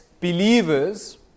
believers